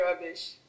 rubbish